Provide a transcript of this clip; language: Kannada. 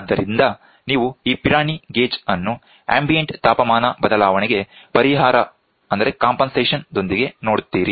ಆದ್ದರಿಂದ ನೀವು ಈ ಪಿರಾನಿ ಗೇಜ್ ಅನ್ನು ಅಂಬಿಎಂಟ್ ತಾಪಮಾನ ಬದಲಾವಣೆಗೆ ಪರಿಹಾರ ದೊಂದಿಗೆ ನೋಡುತ್ತೀರಿ